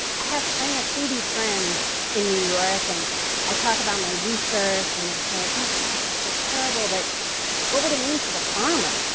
i have plenty of foodie friends in new york and i talk about my research and they say, oh gosh, that's so terrible. but what would it mean for the farmer?